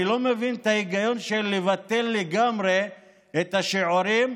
אני לא מבין את ההיגיון של לבטל לגמרי את השיעורים,